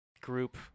group